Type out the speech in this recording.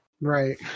Right